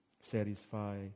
satisfy